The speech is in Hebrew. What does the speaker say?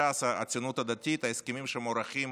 ש"ס, הציונות הדתית, הסכמים שמוערכים